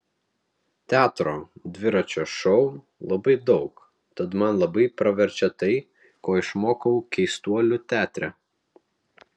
teatro dviračio šou labai daug tad man labai praverčia tai ko išmokau keistuolių teatre